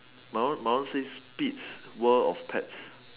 my one my one says Pete's world of pets